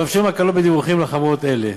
המאפשרים הקלות בדיווחים לחברות האלה.